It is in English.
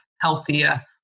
healthier